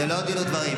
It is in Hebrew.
זה לא דין ודברים.